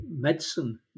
medicine